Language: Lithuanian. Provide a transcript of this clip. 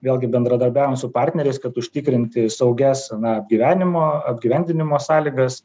vėlgi bendradarbiaujam su partneriais kad užtikrinti saugias na apgyvenimo apgyvendinimo sąlygas